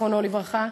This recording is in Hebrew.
זיכרונו לברכה,